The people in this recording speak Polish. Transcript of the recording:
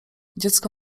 dziecko